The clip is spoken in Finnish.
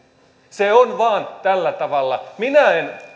se on vain tällä tavalla minä en